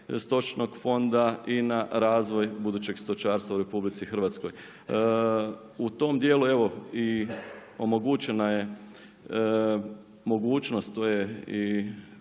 stočnog fonda i na razvoj budućeg stočarstva u RH. U tom dijelu, omogućena je mogućnost, to je i